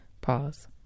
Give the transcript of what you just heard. pause